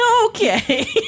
Okay